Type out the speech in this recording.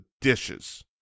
dishes